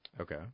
Okay